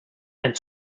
and